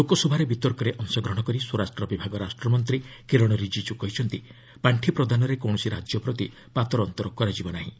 ଲୋକସଭାରେ ବିତର୍କରେ ଅଂଶଗ୍ରହଣ କରି ସ୍ୱରାଷ୍ଟ୍ରବିଭାଗ ରାଷ୍ଟ୍ରମନ୍ତ୍ରୀ କିରଣ ରିଜିଜୁ କହିଛନ୍ତି ପାର୍ଷି ପ୍ରଦାନରେ କୌଣସି ରାଜ୍ୟ ପ୍ରତି ପାତର ଅନ୍ତର କରାଯିବ ନାହିଁ